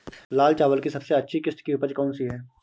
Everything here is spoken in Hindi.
लाल चावल की सबसे अच्छी किश्त की उपज कौन सी है?